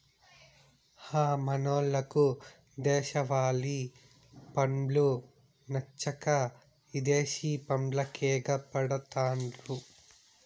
హ మనోళ్లకు దేశవాలి పండ్లు నచ్చక ఇదేశి పండ్లకెగపడతారు